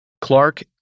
Clark